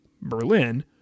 berlin